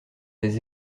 des